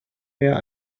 mehr